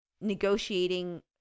negotiating